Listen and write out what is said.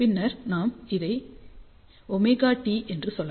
பின்னர் நாம் அதை ωt என்று சொல்லலாம்